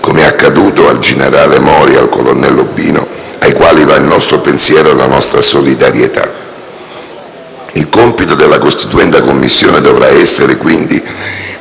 come è accaduto al generale Mori e al colonnello Obinu, ai quali vanno il nostro pensiero e la nostra solidarietà. Il compito della costituenda Commissione dovrà essere, quindi,